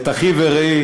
את אחי ורעי.